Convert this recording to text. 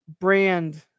brand